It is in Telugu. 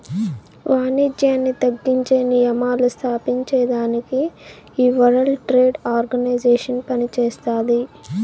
వానిజ్యాన్ని తగ్గించే నియమాలు స్తాపించేదానికి ఈ వరల్డ్ ట్రేడ్ ఆర్గనైజేషన్ పనిచేస్తాది